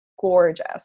gorgeous